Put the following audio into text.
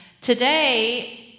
today